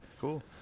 cool